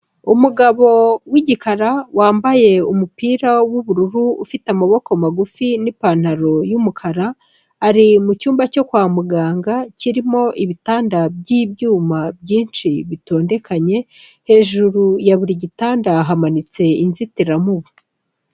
Umugabo w'igikara wambaye umupira w'ubururu ufite amaboko magufi n'ipantaro y'umukara ari mu cyumba cyo kwa muganga kirimo ibitanda by'ibyuma byinshi bitondekanye. Hejuru ya buri gitanda hamanitse inzitiramubu.